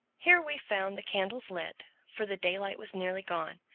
here we found the candles lit for the daylight was nearly gone.